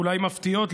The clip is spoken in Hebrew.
אולי מפתיעות,